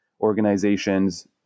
organizations